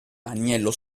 agnello